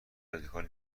رادیکال